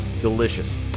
Delicious